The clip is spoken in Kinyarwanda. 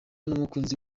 n’umukunzi